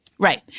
Right